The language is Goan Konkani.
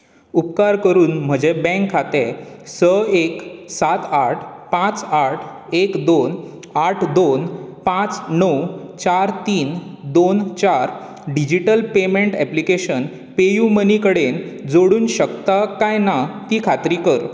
उपकार करून म्हजें बँक खातें स एक सात आठ पांच आठ एक दोन पांच णव चार तीन दोन चार डिजिटल पेमेंट ऍप्लिकेशन पेयूमनी कडेन जोडूंक शकता काय ना ती खात्री कर